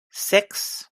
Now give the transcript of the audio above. six